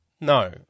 No